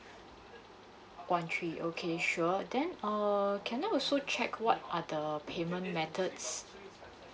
one three okay sure then err can I also check what are the payment methods